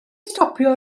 stopio